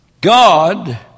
God